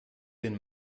den